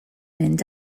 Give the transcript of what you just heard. mynd